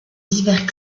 divers